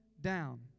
down